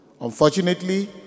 Unfortunately